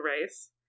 race